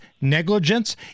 negligence